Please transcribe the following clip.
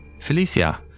Felicia